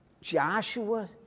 Joshua